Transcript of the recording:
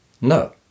No